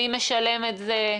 מי משלם את זה?